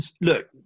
look